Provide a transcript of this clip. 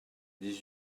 dix